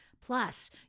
Plus